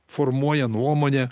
formuoja nuomonę